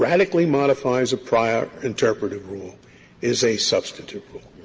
radically modifies a prior interpretative rule is a substantive rule.